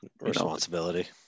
responsibility